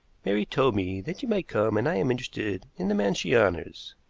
mary told me that you might come, and i am interested in the man she honors.